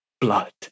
blood